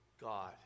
God